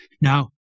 Now